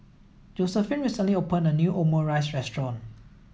Josephine recently opened a new Omurice restaurant